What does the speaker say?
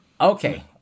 Okay